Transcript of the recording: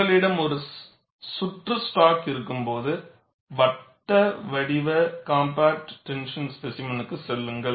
உங்களிடம் ஒரு சுற்று ஸ்டாக் இருக்கும்போது வட்டு வடிவ காம்பாக்ட் டென்ஷன் ஸ்பேசிமென்க்குச் compact tension specimen